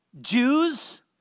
Jews